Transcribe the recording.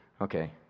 Okay